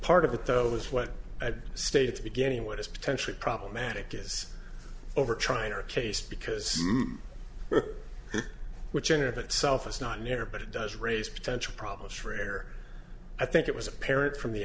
part of it though is what had state's beginning what is potentially problematic is over trying her case because which enter that self is not near but it does raise potential problems for air i think it was apparent from the